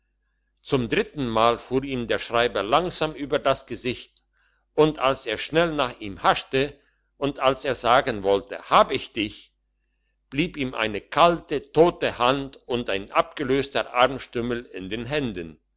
zum dritten mal fuhr ihm der schreiber langsam über das gesicht und als er schnell nach ihm haschte und als er sagen wollte hab ich dich blieb ihm eine kalte tote hand und ein abgelöster armstümmel in den händen